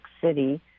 City